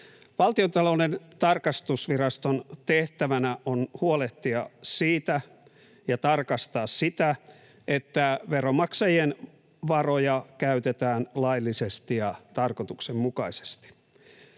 Valtiontalouden tarkastusviraston tehtävänä on huolehtia siitä ja tarkastaa sitä, että veronmaksajien varoja käytetään laillisesti ja tarkoituksenmukaisesti.